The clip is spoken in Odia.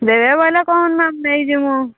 ଦେବେ ବୋଇଲେ କହନ୍ତୁ ନେଇଯିବୁ